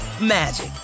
magic